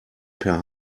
per